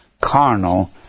carnal